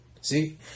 See